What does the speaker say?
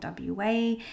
WA